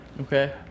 okay